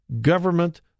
government